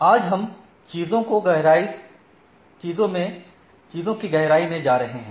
आज हम चीजों की गहराई में जा रहे हैं